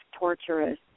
torturous